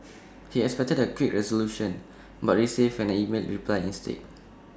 he expected A quick resolution but received an email reply instead